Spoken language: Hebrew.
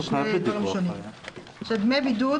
"דמי בידוד,